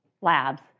labs